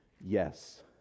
yes